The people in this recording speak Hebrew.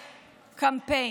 קמפיין.